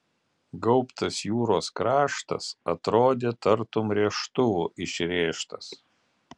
gaubtas jūros kraštas atrodė tartum rėžtuvu išrėžtas